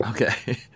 Okay